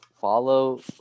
follow